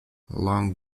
long